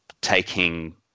taking